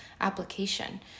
application